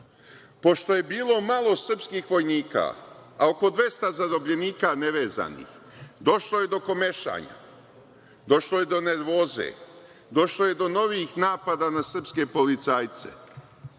Pošto je bilo malo srpskih vojnika, a oko 200 zarobljenika nevezanih, došlo je do komešanja, došlo je do nervoze, došlo je do novih napada na srpske policajce.